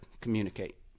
communicate